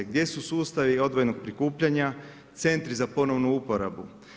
Gdje su sustavi odvojenog prikupljanja, centri za ponovnu uporabu?